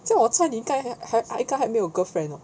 这样我猜你该还还该还没有 girlfriend hor